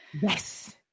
Yes